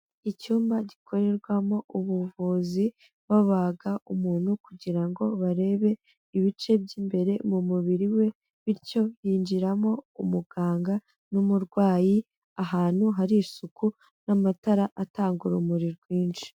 Icyumba gikorerwamo ubuvuzi babaga umuntu kugira ngo barebe ibice by'imbere mu mubiri we, bityo hinjiramo umuganga n'umurwayi, ahantu hari isuku n'amatara atanga urumuri rwinshi.